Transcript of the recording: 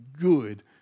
good